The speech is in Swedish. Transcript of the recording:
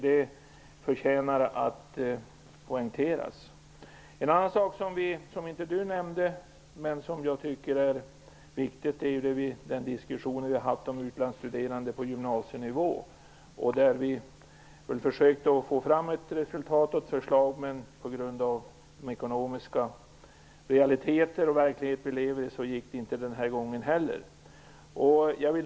Det förtjänar att poängteras. En annan sak som jag tycker är viktig, men som Lena inte nämnde, är den diskussion som vi har haft om utlandsstuderande på gymnasienivå. Vi har försökt att få fram ett förslag om detta, men på grund av ekonomiska realiteter och den verklighet som vi lever i lyckades det inte den här gången heller.